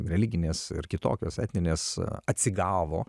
religinės ir kitokios etninės atsigavo